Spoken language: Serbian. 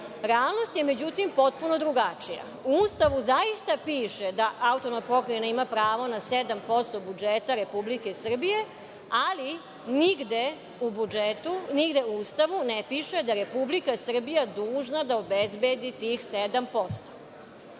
Realnost je, međutim, potpuno drugačija. U Ustavu zaista piše da AP ima pravo na 7% budžeta Republike Srbije, ali nigde u Ustavu ne piše da je Republika Srbija dužna da obezbedi tih